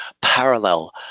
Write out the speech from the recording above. parallel